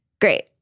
Great